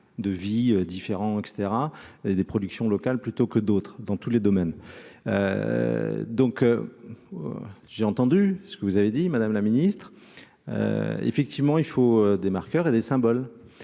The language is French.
de vie différent et cetera et des productions locales plutôt que d'autres, dans tous les domaines, donc j'ai entendu ce que vous avez dit madame la Ministre, effectivement, il faut des marqueurs et des symboles,